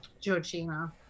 Georgina